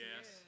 Yes